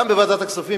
גם בוועדת הכספים,